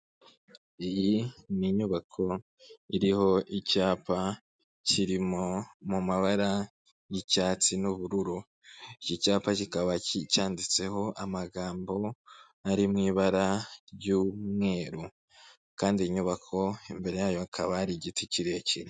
Iyi ni inyubako iriho icyapa kirimo mu mabara y'icyatsi n'ubururu, iki cyapa kikaba cyanyanditseho amagambo ari mu ibara ry'umweru kandi inyubako imbere yayo hakaba hari igiti kirekire.